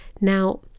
now